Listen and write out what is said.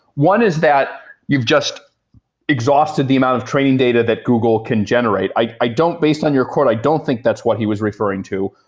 one is that you've just exhausted the amount of training data that google can generate. i i don't based on your quote. i don't think that's what he was referring to.